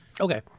Okay